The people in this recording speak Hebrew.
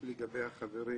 על השאלות של החברים,